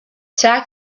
tack